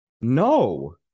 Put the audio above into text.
No